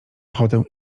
ochotę